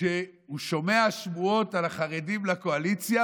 שהוא שומע שמועות על החרדים לקואליציה